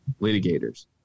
litigators